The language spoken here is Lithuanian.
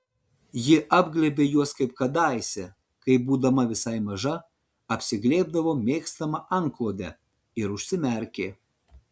ji apglėbė juos kaip kadaise kai būdama visai maža apsiglėbdavo mėgstamą antklodę ir užsimerkė